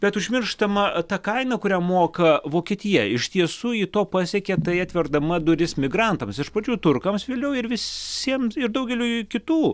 bet užmirštama ta kaina kurią moka vokietija iš tiesų ji to pasiekė tai atverdama duris migrantams iš pradžių turkams vėliau ir visiems ir daugeliui kitų